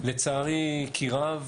לצערי כי רב,